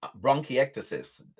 bronchiectasis